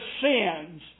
sins